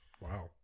Wow